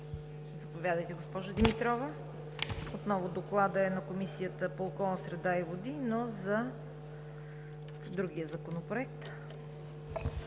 Заповядайте, госпожо Димитрова. Докладът отново е на Комисията по околната среда и водите, но за другия законопроект.